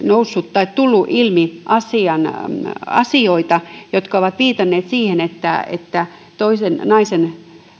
tullut ilmi asioita jotka ovat viitanneet siihen että että toisen naisen